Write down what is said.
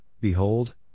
behold